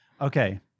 Okay